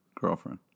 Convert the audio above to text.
girlfriend